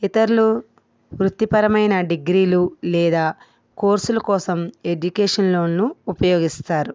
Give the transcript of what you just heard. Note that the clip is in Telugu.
ఇతరులు వృత్తి పరమైన డిగ్రీలు లేదా కోర్సులు కోసం ఎడ్యుకేషన్ లోన్ను ఉపయోగిస్తారు